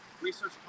research